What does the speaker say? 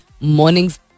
mornings